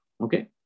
Okay